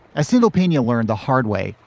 i see lapine learned the hard way.